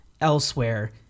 elsewhere